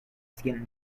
skin